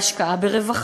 בהשקעה ברווחה.